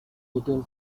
between